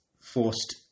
forced